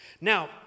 Now